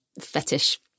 fetish